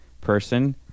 person